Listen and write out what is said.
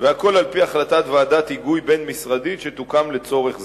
והכול על-פי החלטת ועדת היגוי בין-משרדית שתוקם לצורך זה.